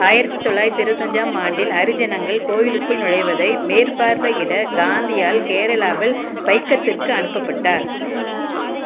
ஆயிரத்தி தொள்ளாயிரத்தி இருபத்தஞ்சாம் ஆண்டில் ஹரிஜனங்கள் கோவிலுக்குள் நுழைவதை மேற்பார்வையிட காந்தியால் கேரளாவில் வைக்கத்திற்கு அனுப்பப்பட்டார்